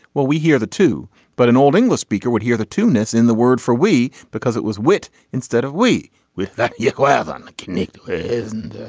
well we hear the two but an old english speaker would hear the tunis in the word for we because it was wit instead of we with that you laugh on connect and